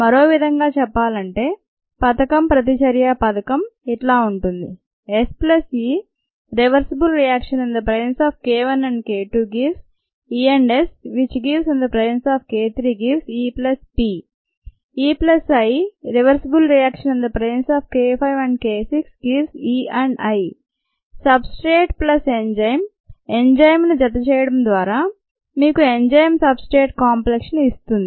మరోవిధంగా చెప్పాలంటే పథకం ప్రతిచర్య పథకం ఇలా ఉంటుంది substrate plus enzyme enzyme ను జతచేయడం ద్వారా మీకు ఎంజైమ్ సబ్ స్ట్రేట్ కాంప్లెక్స్ ని ఇస్తుంది